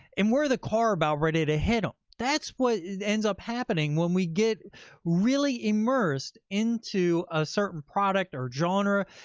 and we're the car about ready to hit them? um that's what ends up happening when we get really immersed into a certain product or genre,